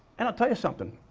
and i'll tell you something,